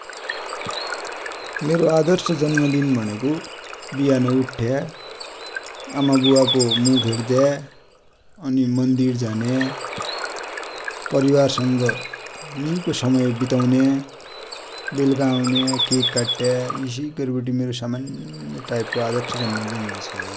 मेरो आदर्श जन्म दिन भनेको बिहान उठ्या, आमा बुवा को मुख हेर्द्द्या, मन्दिर झान्या, परिवार सङ मिठो समय बितौन्या, बेलुका आउन्या, केक काट्ट्या, इसो गर्बटी मेरो सामान्य टाइप को आदर्श जन्म दिन हुनेछ ।